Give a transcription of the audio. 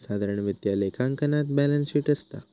साधारण वित्तीय लेखांकनात बॅलेंस शीट असता